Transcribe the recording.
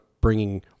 bringing